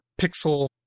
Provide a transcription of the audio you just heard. pixel-